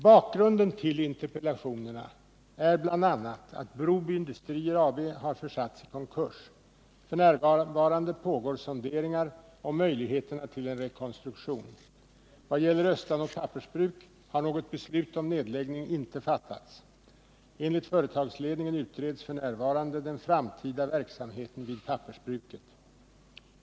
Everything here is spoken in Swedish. Bakgrunden till interpellationerna är bl.a. att Broby Industrier AB har försatts i konkurs. F.n. pågår sonderingar om möjligheterna till en rekonstruktion. Vad gäller Östanå Pappersbruk har något beslut om nedläggning inte fattats. Enligt företagsledningen utreds f. n. den framtida verksamheten vid pappersbruket.